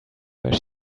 where